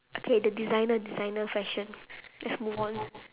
okay the designer designer fashion let's move on